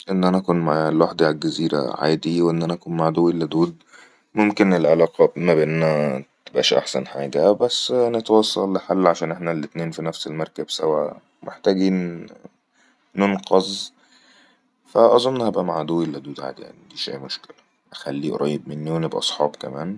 اننا نكون مع لوحدي على الجزيرة عادي واننا نكون مع عدوي الادود ممكن العلاقة ما بيننا تبقى اش احسن حاجة بس نتواصل لحل عشان احنا الاتنين في نفس المركب سوا محتاجين ننقظ فأظن هبقى مع عدوي الادود عادي يعني دي شي مشكلة اخلي ئريب مني ونبقى صحاب كمان